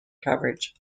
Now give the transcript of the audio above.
coverage